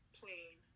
plain